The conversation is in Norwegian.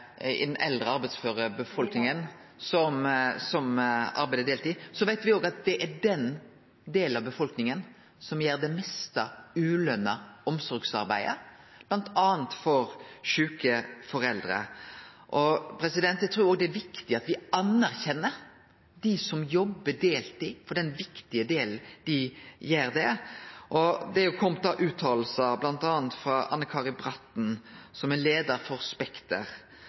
den eldre arbeidsføre befolkninga –– i min alder, faktisk! – som arbeider deltid, veit me òg at det er den delen av befolkninga som gjer det meste ulønte omsorgsarbeidet, bl.a. for sjuke foreldre. Eg trur òg det er viktig at me anerkjenner dei som jobbar deltid, for den viktige delen dei gjer der. Det har kome utsegner bl.a. frå Anne-Kari Bratten, som er leiar for Spekter,